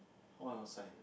what I want to say